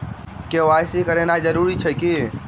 KYC करानाइ जरूरी अछि की?